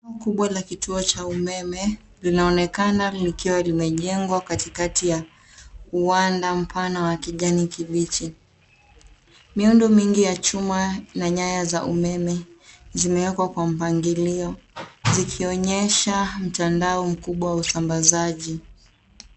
Kubwa la kituo cha umeme linaonekana katikati ya uwanda mpana wa kijani kibichi. Miundo mingi ya chuma na nyaya za umeme zimewekwa kwa mpangilio zikionyesha mtandaono mkubwa wa usambazaji.